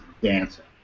dancing